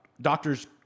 doctors